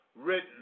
written